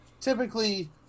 typically